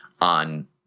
on